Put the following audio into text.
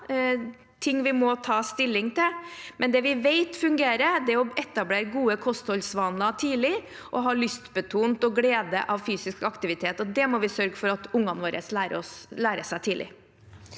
ting vi må ta stilling til. Det vi imidlertid vet fungerer, er å etablere gode kostholdsvaner tidlig og ha glede av lystbetont fysisk aktivitet, og det må vi sørge for at ungene våre lærer seg tidlig.